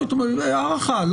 הערכה.